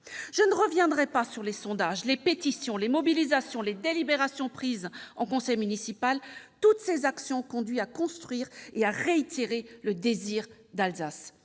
Je ne reviendrai pas sur les sondages, les pétitions, les mobilisations ou les délibérations prises en conseil municipal. Toutes ces actions ont conduit à construire et à réitérer le désir d'Alsace.